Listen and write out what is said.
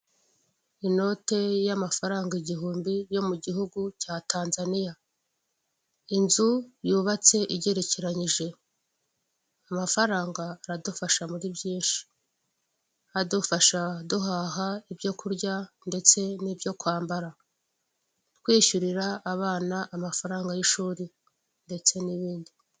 Inote y'amafaranga igihumbi yo mu gihugu cya Tanzaniya, inzu yubatse igerekeranyije, amafaranga aradufasha muri byinshi adufasha duhaha ibyo kurya ndetse n'ibyo kwambara, twishyurira abana amafaranga y'ishuri ndetse n'ibindi.